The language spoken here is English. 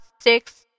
six